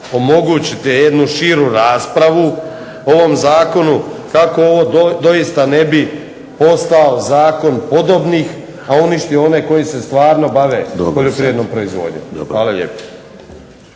omogućite jednu širu raspravu ovom zakonu kako ovo doista ne bi postao zakon podobnih a uništio one koji se stvarno bave poljoprivrednom proizvodnjom. Hvala lijepo.